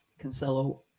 Cancelo